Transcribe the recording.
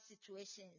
situations